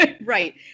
right